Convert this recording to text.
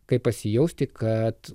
kaip pasijausti kad